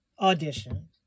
audition